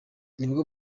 nibwo